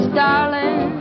darling